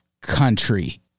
country